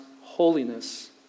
holiness